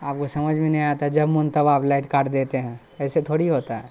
آپ کو سمجھ میں نہیں آتا ہے جب من تب آپ لائٹ کاٹ دیتے ہیں ایسے تھوڑی ہوتا ہے